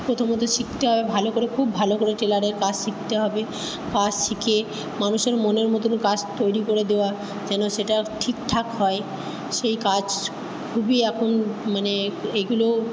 প্রথমত শিখতে হবে ভালো করে খুব ভালো করে টেলারের কাজ শিখতে হবে কাজ শিখে মানুষের মনের মতোন কাজ তৈরি করে দেওয়া যেন সেটা ঠিকঠাক হয় সেই কাজ খুবই এখন মানে এইগুলো